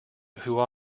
who